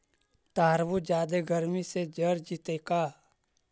तारबुज जादे गर्मी से जर जितै का?